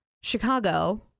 Chicago